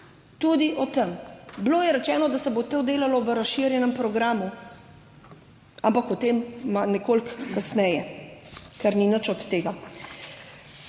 tudi o tem. Bilo je rečeno, da se bo to delalo v razširjenem programu, ampak o tem nekoliko kasneje, ker ni nič od tega.